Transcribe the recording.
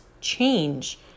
change